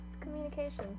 communication